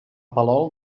palol